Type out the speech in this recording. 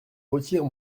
retire